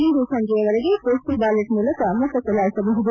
ಇಂದು ಸಂಜೆಯವರೆಗೆ postal ballot ಮೂಲಕ ಮತ ಚಲಾಯಿಸಬಹುದು